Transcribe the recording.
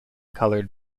colored